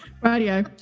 Radio